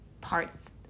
parts